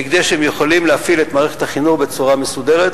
כדי שהם יוכלו להפעיל את מערכת החינוך בצורה מסודרת.